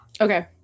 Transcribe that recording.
Okay